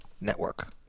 Network